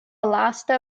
laste